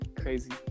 crazy